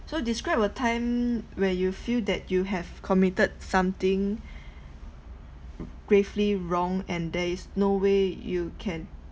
so describe a time where you feel that you have committed something gravely wrong and there is no way you can